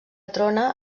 trona